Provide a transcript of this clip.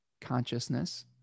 consciousness